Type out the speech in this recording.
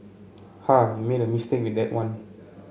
ha you made a mistake with that one